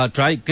Try